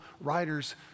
writer's